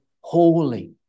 holy